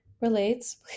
relates